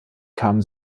kamen